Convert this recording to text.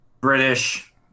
British